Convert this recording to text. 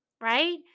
right